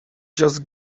just